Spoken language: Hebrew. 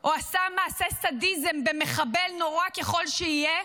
או עשה מעשה סדיזם במחבל, נורא ככל שיהיה,